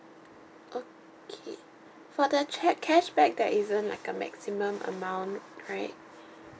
okay for the check cash back that isn't like a maximum amount right